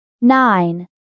nine